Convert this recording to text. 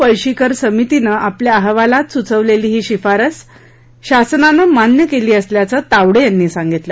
पळशीकर समितीनं आपल्या अहवालात सुचवलेली ही शिफारश शासनानं मान्य केली असल्याचं तावडे यांनी सांगितलं